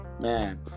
man